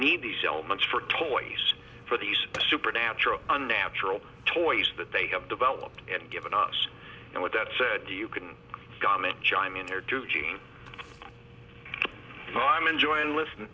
need these elements for toys for these supernatural unnatural toys that they have developed and given us and with that said you can government chime in here too gene i'm enjoying listening